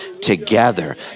together